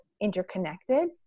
interconnected